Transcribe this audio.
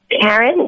Karen